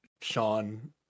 Sean